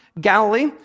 Galilee